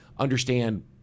Understand